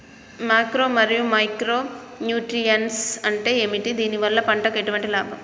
Macro మరియు micro nutrients అంటే ఏమిటి? దీనివల్ల పంటకు ఎటువంటి లాభం?